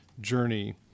journey